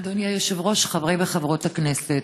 אדוני היושב-ראש, חברי וחברות הכנסת,